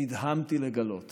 נדהמתי לגלות